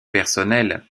personnel